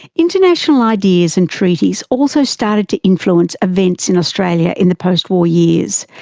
international ideas and treaties also started to influence events in australia in the post-war years.